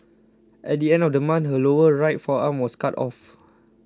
at the end of the month her lower right forearm was cut off